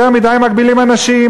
יותר מדי מגבילים אנשים,